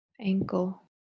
Ankle